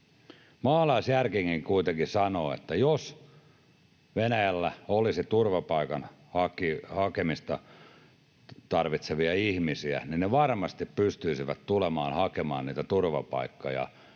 Maalaisjärkikin kuitenkin sanoo, että jos Venäjällä olisi turvapaikan hakemista tarvitsevia ihmisiä, niin he varmasti pystyisivät tulemaan hakemaan niitä turvapaikkoja